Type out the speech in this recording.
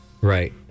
Right